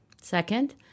Second